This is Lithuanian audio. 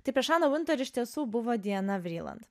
taip ir žana vunter ir iš tiesų buvo diana vriland